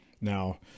now